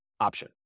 option